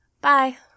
Bye